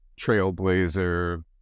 trailblazer